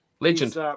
Legend